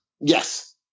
Yes